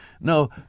No